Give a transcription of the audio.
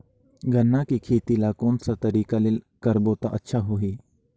गन्ना के खेती ला कोन सा तरीका ले करबो त अच्छा होही?